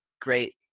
great